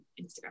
Instagram